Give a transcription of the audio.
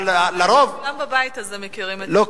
אבל לרוב, כולם בבית הזה מכירים את זה.